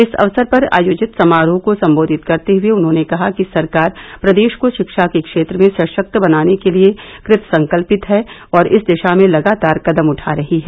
इस अवसर पर आयोजित समारोह को संबोधित करते हुए उन्होंने कहा कि सरकार प्रदेश को रिक्षा के क्षेत्र में सशक्त बनाने के लिए कृतसंकल्पित है और इस दिशा में लगतार कदम उठा रही है